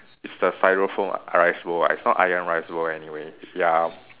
it's the stryofoam [what] ah rice bowl uh rice bowl anyway ya